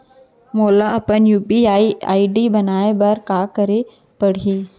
मोला अपन UPI ID बनाए बर का करे पड़ही?